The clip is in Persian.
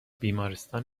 بیمارستان